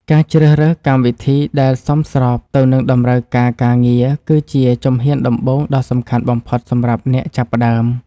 ការជ្រើសរើសកម្មវិធីដែលសមស្របទៅនឹងតម្រូវការការងារគឺជាជំហានដំបូងដ៏សំខាន់បំផុតសម្រាប់អ្នកចាប់ផ្ដើម។